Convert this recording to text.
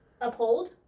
Uphold